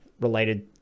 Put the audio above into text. related